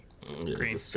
Green